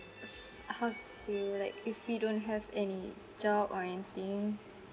how to say like if we don't have any job or anything